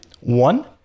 one